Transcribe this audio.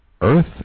Earth